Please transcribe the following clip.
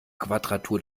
quadratur